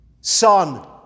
Son